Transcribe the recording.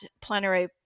plenary